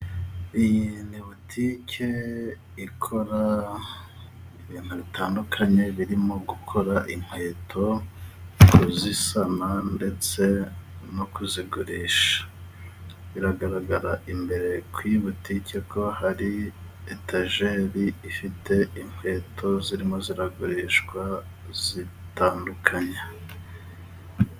Iyi ni butike ikora ibintu bitandukanye birimo gukora inkweto, kuzisana, ndetse no kuzigurisha. Biragaragara imbere kuri iyi butike ko hari etajeri ifite inkweto zirimo ziragurishwa zitandukanye.